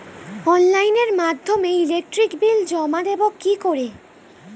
অনলাইনের মাধ্যমে electric bill জমা দেবো কি করে?